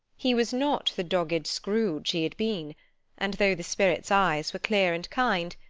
he was not the dogged scrooge he had been and though the spirit's eyes were clear and kind,